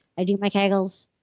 i do my kegels.